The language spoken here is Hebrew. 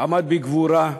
עמד בגבורה.